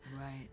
Right